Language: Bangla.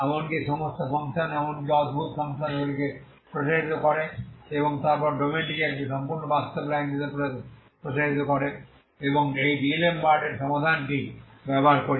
এমনকি সমস্ত ফাংশন এমনকি অদ্ভুত ফাংশনগুলি প্রসারিত করে এবং তারপর ডোমেনটিকে একটি সম্পূর্ণ বাস্তব লাইন হিসাবে প্রসারিত করে এবং এই ডিআলেমবার্টের সমাধানটি DAlemberts solution ব্যবহার করি